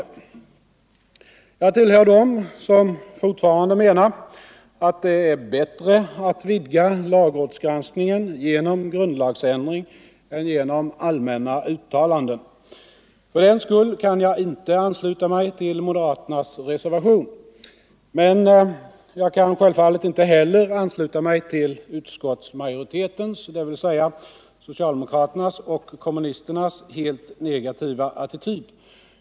Nr 120 Jag tillhör dem som fortfarande menat att ga är bättre stt vidga lag Onsdagen den rådsgranskningen genom grundlagsändring än Benom allmänna utta 13 november 1974 landen. För den skull kan jag inte ansluta mig till moderaternas reser= vation. Men jag kan självfallet inte heller ansluta mig till utskottsma Lagrådsgranskning joritetens, dvs. socialdemokraternas och kommunisternas, helt negativa — av regeringens attityd.